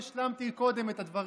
לא השלמתי קודם את הדברים.